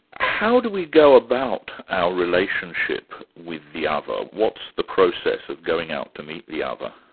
how do we go about our relationship with the other? what's the process of going out to meet the other?